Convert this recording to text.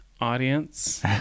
audience